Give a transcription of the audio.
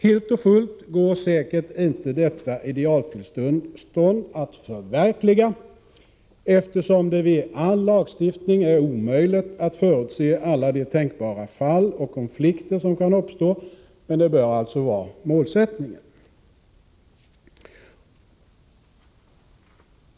Helt och fullt går säkert inte detta idealtillstånd att förverkliga, eftersom det vid all lagstiftning är omöjligt att förutse alla de tänkbara fall och konflikter som kan uppstå — men detta bör vara målsättningen.